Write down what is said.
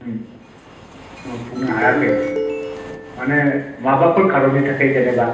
मावफुंनो हायाखै माने माबाफोर खार'ननि थाखाय जेनेबा